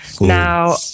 Now